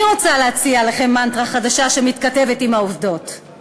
אני רוצה להציע לכם מנטרה חדשה שמתכתבת עם העובדות: